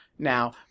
Now